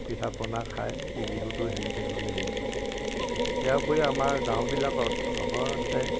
পিঠা পনা খাই এই বিহুটো সেনেকৈ ধৰণে হেৰি কৰে ইয়াৰ উপৰি আমাৰ গাঁওবিলাকত সৰ্বসাধাৰণতে